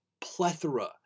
plethora